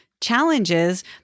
challenges